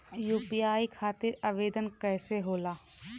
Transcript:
UPI खातिर आवेदन कैसे होला?